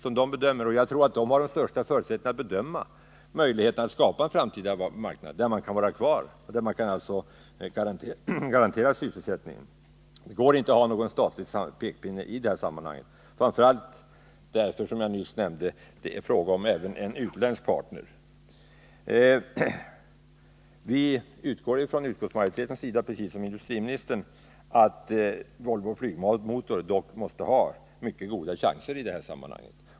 Jag tror att företagen har de största förutsättningarna att bedöma möjligheterna att skapa en framtida marknad, där man kan vara kvar och som alltså innebär att man kan garantera sysselsättning. Det går inte att komma med någon statlig pekpinne i det sammanhanget, framför allt därför att det, som jag nyss nämnde, är fråga om även en utländsk partner. Utskottsmajoriteten utgår ifrån, precis som industriministern gör, att Volvo Flygmotor dock måste ha mycket goda chanser i sammanhanget.